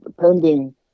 pending